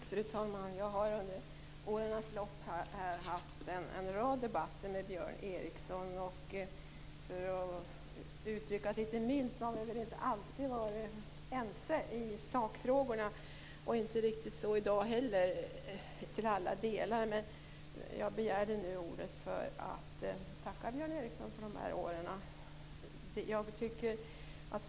Fru talman! Jag har under årens lopp haft en rad debatter med Björn Ericson, och för att uttrycka det litet milt har vi väl inte alltid varit ense i sakfrågorna. Det är vi väl inte i dag heller till alla delar. Men jag begärde ordet nu för att tacka Björn Ericson för de här åren.